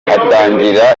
hatangiraga